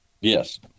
yes